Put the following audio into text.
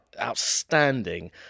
outstanding